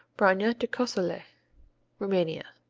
branja de cosulet rumania